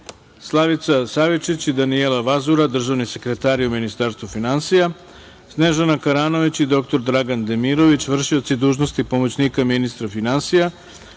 Slavica Savičić i Danijela Vazura, državni sekretari u Ministarstvu finansija, Snežana Karanović i dr Dragan Demirović, v.d. pomoćnika ministra finansija,